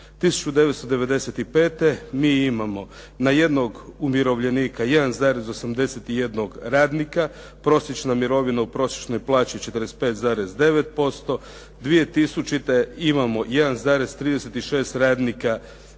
1995. mi imamo na jednog umirovljenika 1,81 radnika. Prosječna mirovina u prosječnoj plaći 45,9%. 2000. imamo 1,36 radnika